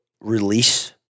release